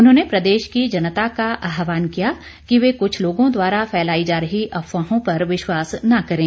उन्होंने प्रदेश की जनता का आहवान किया कि वे क्छ लोगों द्वारा फैलाई जा रही अफवाहों पर विश्वास न करें